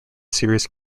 serious